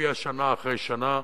מופיע שנה אחרי שנה?